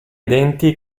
denti